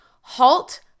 halt